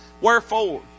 Wherefore